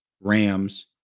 Rams